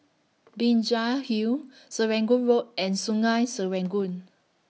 Binjai Hill Serangoon Road and Sungei Serangoon